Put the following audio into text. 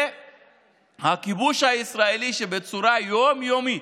והכיבוש הישראלי, שבצורה יום-יומית